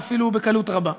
ואפילו בקלות רבה.